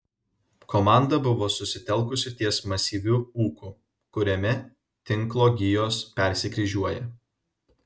komanda buvo susitelkusi ties masyviu ūku kuriame tinklo gijos persikryžiuoja